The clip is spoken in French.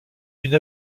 une